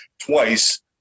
twice